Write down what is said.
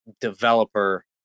developer